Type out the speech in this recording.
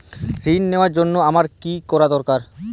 ঋণ নেওয়ার জন্য আমার কী দরকার?